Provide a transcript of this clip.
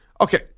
Okay